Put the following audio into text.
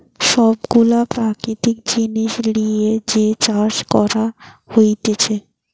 সব গুলা প্রাকৃতিক জিনিস লিয়ে যে চাষ করা হতিছে